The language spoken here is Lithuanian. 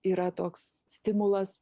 yra toks stimulas